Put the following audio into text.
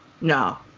no